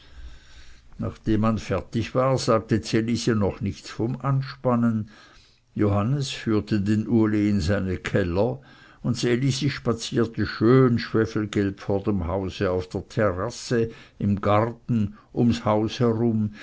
nachdem man fertig war sagte ds elisi noch nichts vom anspannen johannes führte den uli in seine keller und ds elisi spazierte schön schwefelgelb vor dem hause auf der tärasse im garten ums haus herum